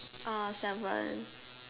uh seven